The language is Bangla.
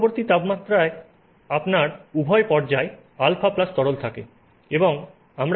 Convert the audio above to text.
মধ্যবর্তী তাপমাত্রায় আপনার উভয় পর্যায় α তরল থাকে